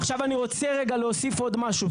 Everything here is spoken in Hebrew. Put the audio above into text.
עכשיו אני רוצה להוסיף עוד משהו.